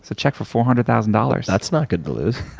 so check for four hundred thousand dollars. that's not good to lose.